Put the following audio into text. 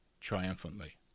triumphantly